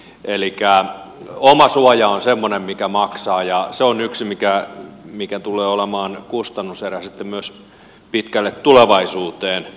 elikkä omasuoja on semmoinen mikä maksaa ja se on yksi mikä tulee olemaan kustannuserä sitten myös pitkälle tulevaisuuteen